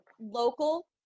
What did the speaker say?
local